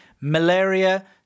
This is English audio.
malaria